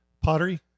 pottery